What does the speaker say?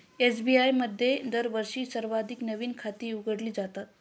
SBI मध्ये दरवर्षी सर्वाधिक नवीन खाती उघडली जातात